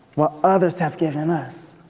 what others have given us.